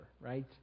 right